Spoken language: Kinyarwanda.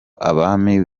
abami